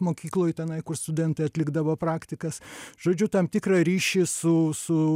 mokykloj tenai kur studentai atlikdavo praktikas žodžiu tam tikrą ryšį su su